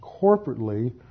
corporately